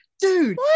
dude